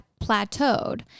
plateaued